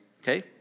Okay